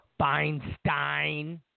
Feinstein